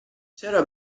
چرا